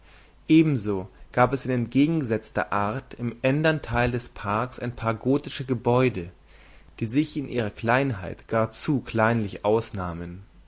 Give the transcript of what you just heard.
ebenso gab es in entgegengesetzter art im ändern teil des parks ein paar gotische gebäude die sich in ihrer kleinheit gar zu kleinlich ausnahmen